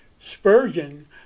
Spurgeon